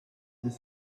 dix